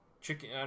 Chicken